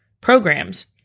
programs